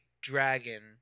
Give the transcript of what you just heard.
dragon